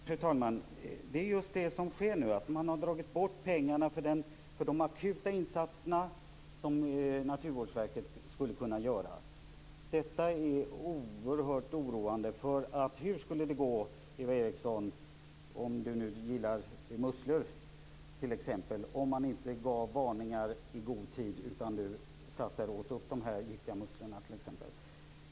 Fru talman! Det är just det som nu sker. Man har dragit bort pengar från de akuta insatser som Naturvårdsverket skulle kunna göra. Detta är oerhört oroande. Hur skulle det gå, Eva Eriksson, om Eva Eriksson t.ex. gillade musslor, om man inte gav varningar i god tid? Då skulle Eva Eriksson kanske få äta giftiga musslor.